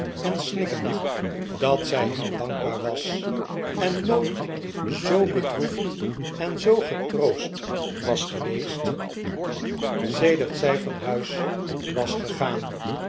en snikkend dat zij hem dankbaar was en nooit zoo bedroefd en zoo getroost was geweest sedert zij van huis was gegaan